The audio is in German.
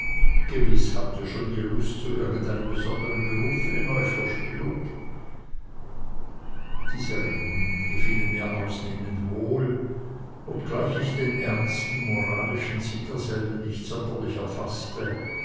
gewiß habt ihr schon die lust zu irgendeinem besondern berufe in euch verspürt diese reden gefielen mir ausnehmend wohl obgleich ich den ernsten moralischen sinn derselben nicht sonderlich